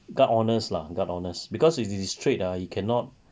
quite honest lah quite honest because if it is straight ah cannot